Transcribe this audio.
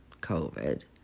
COVID